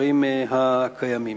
לדברים הקיימים.